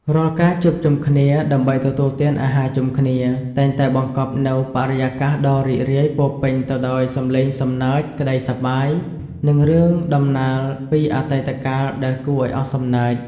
រាល់ការជួបជុំគ្នាដើម្បីទទួលទានអាហារជុំគ្នា តែងតែបង្កប់នូវបរិយាកាសដ៏រីករាយពោរពេញទៅដោយសំឡេងសំណើច ក្ដីសប្បាយ និងរឿងដំណាលពីអតីតកាលដែលគួរឱ្យអស់សំណើច។